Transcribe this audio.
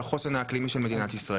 על החוסן האקלימי של מדינת ישראל?